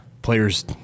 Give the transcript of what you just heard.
players